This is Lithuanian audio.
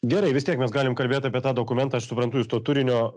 gerai vis tiek mes galim kalbėt apie tą dokumentą aš suprantu jūs to turinio